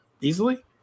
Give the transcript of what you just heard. easily